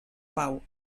pau